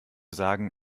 sagen